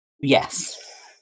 Yes